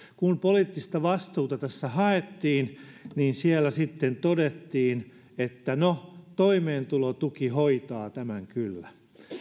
kun poliittista vastuuta tässä haettiin niin siellä sitten todettiin että no toimeentulotuki hoitaa tämän kyllä